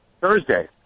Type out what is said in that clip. Thursday